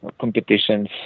competitions